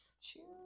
Cheers